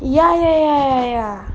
ya ya ya ya ya